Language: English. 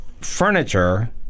furniture